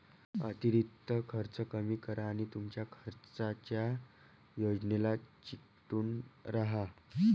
अतिरिक्त खर्च कमी करा आणि तुमच्या खर्चाच्या योजनेला चिकटून राहा